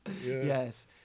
yes